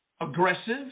aggressive